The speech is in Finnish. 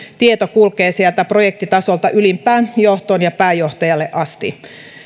tieto kulkee sieltä projektitasolta ylimpään johtoon ja pääjohtajalle asti